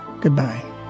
Goodbye